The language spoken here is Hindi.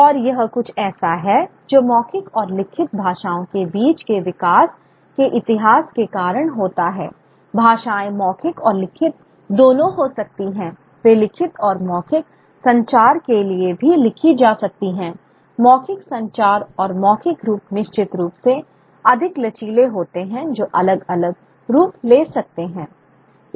और यह कुछ ऐसा है जो मौखिक और लिखित भाषाओं के बीच के विकास के इतिहास के कारण होता है भाषाएं मौखिक और लिखित दोनों हो सकती हैं वे लिखित और मौखिक संचार के लिए भी लिखी जा सकती हैं मौखिक संचार और मौखिक रूप निश्चित रूप से अधिक लचीले होते हैं जो अलग अलग रूप ले सकते हैं